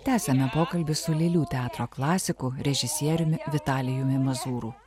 tęsiame pokalbį su lėlių teatro klasiku režisieriumi vitalijumi mazūru